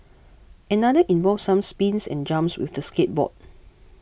another involved some spins and jumps with the skateboard